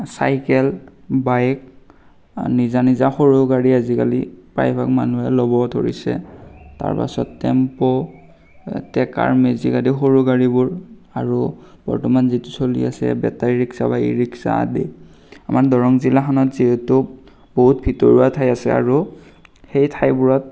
cycle bike নিজা নিজা সৰু গাড়ী আজিকালি প্ৰায়ভাগ মানুহে ল'ব ধৰিছে তাৰপাছত টেম্পু ট্ৰেকাৰ মেজিক আদি সৰু গাড়ীবোৰ আৰু বৰ্তমান যিটো চলি আছে বেটাৰী ৰিক্সা বা ই ৰিক্সা আদি আমাৰ দৰং জিলাখনত যিহেতু বহুত ভিতৰুৱা ঠাই আছে আৰু সেই ঠাইবোৰত